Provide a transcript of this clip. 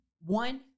one